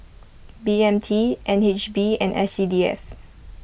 B M T N H B and S C D F